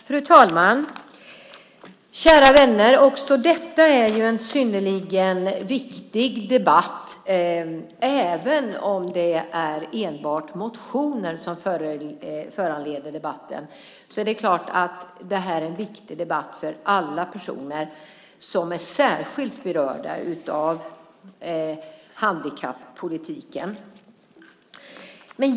Fru talman! Kära vänner! Också detta är en synnerligen viktig debatt. Även om det är enbart motioner som föranleder debatten är det en viktig debatt för alla personer som är särskilt berörda av handikappolitiken.